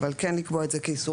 אבל כן לקבוע את זה כאיסור.